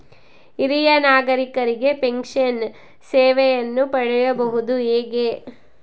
ಹಿರಿಯ ನಾಗರಿಕರಿಗೆ ಪೆನ್ಷನ್ ಸೇವೆಯನ್ನು ಪಡೆಯುವುದು ಹೇಗೆ?